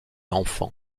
enfant